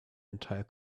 entire